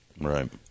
Right